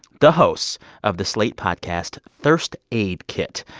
the hosts of the slate podcast thirst aid kit,